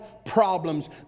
Problems